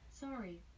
Sorry